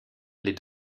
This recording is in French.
les